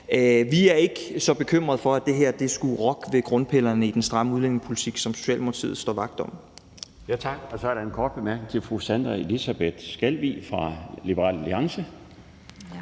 vi er ikke så bekymrede for, om det her skulle rokke ved grundpillerne i den stramme udlændingepolitik, som Socialdemokratiet står vagt om. Kl. 12:11 Den fg. formand (Bjarne Laustsen): Tak. Så er der en kort bemærkning til fru Sandra Elisabeth Skalvig fra Liberal Alliance. Kl.